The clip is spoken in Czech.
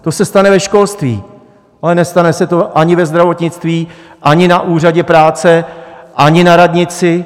To se stane ve školství, ale nestane se to ani ve zdravotnictví, ani na úřadě práce, ani na radnici.